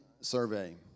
survey